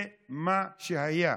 זה מה שהיה.